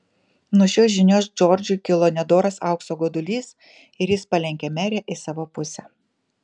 nuo šios žinios džordžui kilo nedoras aukso godulys ir jis palenkė merę į savo pusę